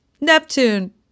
Neptune